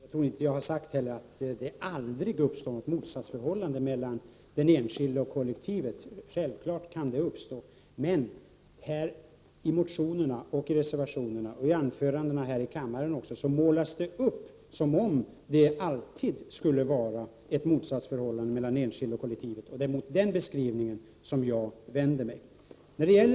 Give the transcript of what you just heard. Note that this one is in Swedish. Herr talman! Jag menar inte, och jag tror inte heller att jag har sagt, att det aldrig uppstår något motsatsförhållande mellan den enskilde och kollektivet. Självklart kan det uppstå. Men i motionerna, i reservationerna och i anföranden här i kammaren målas det upp som om det alltid skulle vara ett motsatsförhållande mellan den enskilde och kollektivet och det är mot den beskrivningen som jag vänder mig.